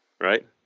right